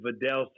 Vidal